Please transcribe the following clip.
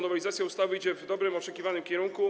Nowelizacja ustawy idzie w dobrym, oczekiwanym kierunku.